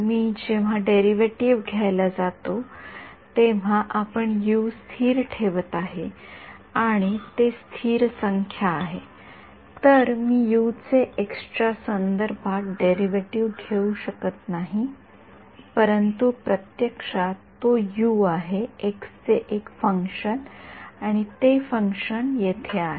मी जेव्हा डेरिव्हेटीव्ह घ्यायला जातो तेव्हा आपण यू स्थिर ठेवत आहे किंवा ते स्थिर संख्या आहे तर मी यूचे एक्सच्या संदर्भात डेरिव्हेटीव्ह घेऊ शकत नाहीपण प्रत्यक्षात तो यू आहे एक्सचे एक फंक्शन आणि ते फंक्शन येथे आहे